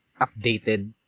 updated